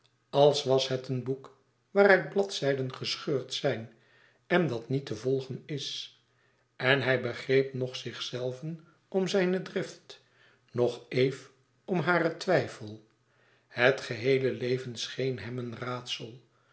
als was het een boek waaruit bladen gescheurd zijn en dat niet te volgen is en hij begreep noch zichzelven om zijne drift noch eve om haren twijfel het geheele leven scheen hem een raadsel